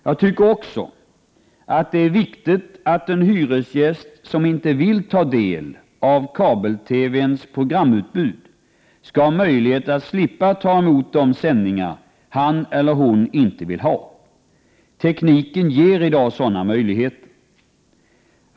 Jag tycker också att det är viktigt att en hyresgäst som inte vill ta del av kabel-TV:ns hela programutbud skall ha möjlighet att slippa ta emot de sändningar som han eller hon inte vill ha. Tekniken ger i dag sådana möjligheter.